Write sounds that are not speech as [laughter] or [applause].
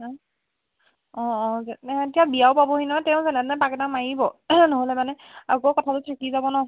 [unintelligible] অঁ অঁ যে এতিয়া বিয়াও পাবহি নহয় তেওঁ যেনে তেনে পাক এটা মাৰিব নহ'লে মানে আকৌ কথাটো থাকি যাব ন